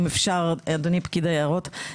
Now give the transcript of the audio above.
אדוני פקיד היערות,